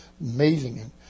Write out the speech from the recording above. amazing